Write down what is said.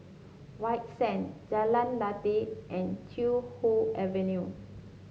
White Sands Jalan Lateh and Chee Hoon Avenue